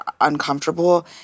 uncomfortable